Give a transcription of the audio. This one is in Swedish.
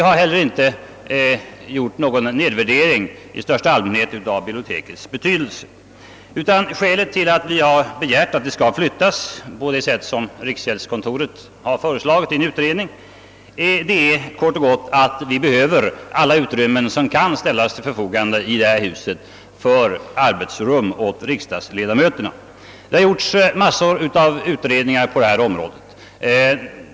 Vi har heller inte gjort någon nedvärdering i största allmänhet av bibliotekets betydelse. Skälet till att vi har begärt en flyttning av biblioteket på det sätt som riksgäldskontoret i en utredning har föreslagit är kort och gott att alla tillgängliga utrymmen, måste ställas till förfogande för arbetsrum åt riksdagsledamöterna. Massor av utredningar har gjorts på detta område.